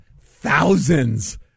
thousands